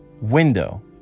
Window